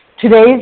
Today's